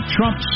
Trump